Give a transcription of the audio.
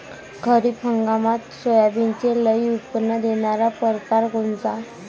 खरीप हंगामात सोयाबीनचे लई उत्पन्न देणारा परकार कोनचा?